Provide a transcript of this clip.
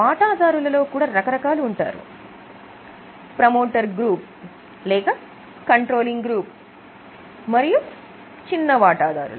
వాటాదారుల లో కూడా రకాలు ఉంటారు ప్రమోటర్ గ్రూప్ లేక కంట్రోలింగ్ గ్రూప్ మరియు చిన్న వాటాదారులు